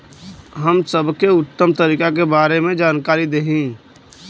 हम सबके उत्तम तरीका के बारे में जानकारी देही?